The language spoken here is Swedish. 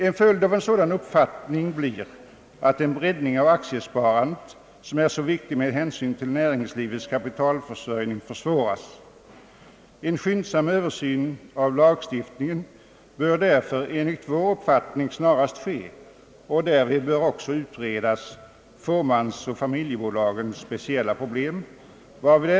En följd av en sådan uppfattning blir att en breddning av aktiesparandet som är så viktig med hänsyn till näringslivets kapitalförsörjning försvåras. En skyndsam översyn av lagstift ningen bör därför enligt vår uppfattning ske, och därvid bör också fåmansbolagens och familjebolagens speciella problem utredas.